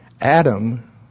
Adam